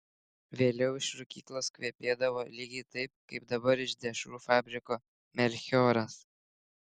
vėliau iš rūkyklos kvepėdavo lygiai taip kaip dabar iš dešrų fabriko melchioras